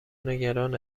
نگران